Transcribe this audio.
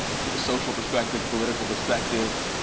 from a social perspective, political perspective,